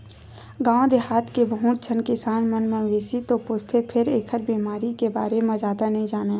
गाँव देहाथ के बहुत झन किसान मन मवेशी तो पोसथे फेर एखर बेमारी के बारे म जादा नइ जानय